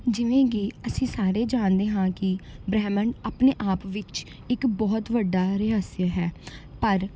ਜਿਵੇਂ ਕਿ ਅਸੀਂ ਸਾਰੇ ਜਾਣਦੇ ਹਾਂ ਕਿ ਬ੍ਰਹਿਮੰਡ ਆਪਣੇ ਆਪ ਵਿੱਚ ਇੱਕ ਬਹੁਤ ਵੱਡਾ ਰਹੱਸ ਹੈ ਪਰ